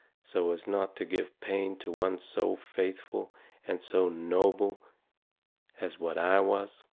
so as not to give pain to one so faithful and so noble as what i was.